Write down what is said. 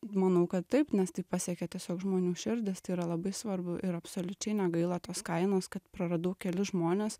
manau kad taip nes tai pasiekia tiesiog žmonių širdis tai yra labai svarbu ir absoliučiai negaila tos kainos kad praradau kelis žmones